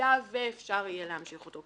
היה ואפשר יהיה להמשיך אותו.